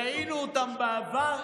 ראינו אותן בעבר,